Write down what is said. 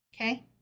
Okay